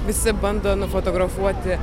visi bando nufotografuoti